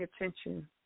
attention